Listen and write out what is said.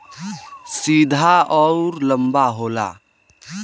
सीधा अउर लंबा होला